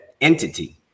entity